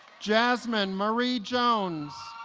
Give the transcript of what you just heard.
jazmine marie jones